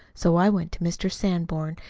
so i went to mr. sanborn,